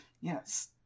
Yes